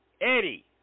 Eddie